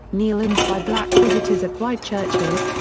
kneel-ins by black visitors at white churches,